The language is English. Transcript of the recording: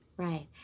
Right